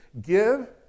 give